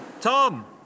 Tom